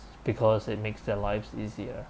because it makes their lives easier